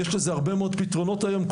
יש לזה הרבה מאוד פתרונות היום,